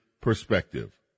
perspective